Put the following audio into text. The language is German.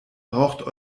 braucht